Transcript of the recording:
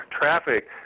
traffic